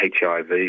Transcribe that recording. HIV